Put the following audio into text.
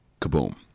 kaboom